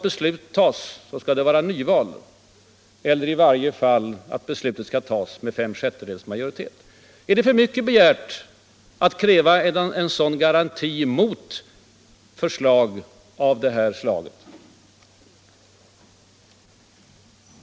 Är det för mycket begärt att kräva en garanti mot förslag av den här typen?